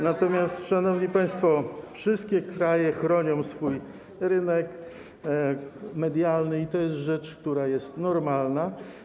Natomiast, szanowni państwo, wszystkie kraje chronią swój rynek medialny i to jest rzecz, która jest normalna.